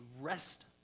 rest